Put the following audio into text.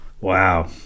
Wow